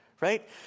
Right